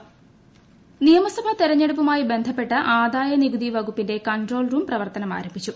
തെരഞ്ഞെടുപ്പ് ചെലവ് നിയമസഭാ തെരഞ്ഞെടുപ്പുമായി ബന്ധപ്പെട്ട് ആദായ നികുതി വകുപ്പിന്റെ കൺട്രോൾ റൂം പ്രവർത്തനം ആരംഭിച്ചു